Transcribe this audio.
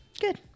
Good